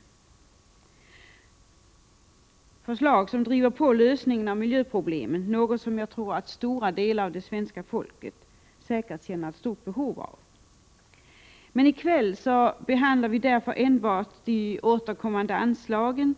Det är förslag som driver på lösningen av miljöproblemen — något som jag tror att stora delar av svenska folket säkert känner stort behov av. I kväll behandlar vi därför enbart de återkommande anslagen